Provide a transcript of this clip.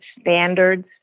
standards